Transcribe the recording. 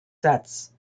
sets